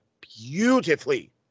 beautifully